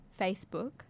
Facebook